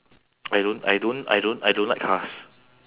I don't I don't I don't I don't like cars